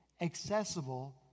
accessible